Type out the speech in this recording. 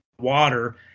water